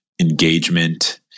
engagement